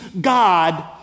God